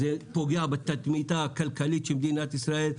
זה פוגע בתדמיתה הכלכלית של מדינת ישראל,